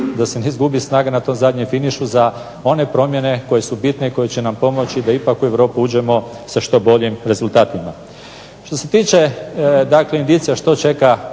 da se ne izgubi snaga na tom zadnjem finišu za one promjene koje su bitne i koje će nam pomoći da ipak u Europu uđemo sa što boljim rezultatima. Što se tiče, dakle indicija što čeka